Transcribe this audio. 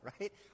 right